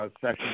Session